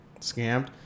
scammed